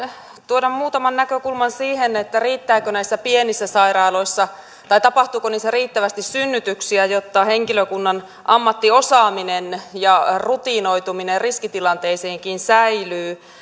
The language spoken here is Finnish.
tuoda muutaman näkökulman siihen tapahtuuko näissä pienissä sairaaloissa riittävästi synnytyksiä jotta henkilökunnan ammattiosaaminen ja rutinoituminen riskitilanteisiinkin säilyy